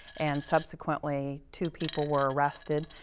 and subsequently, two people were arrested.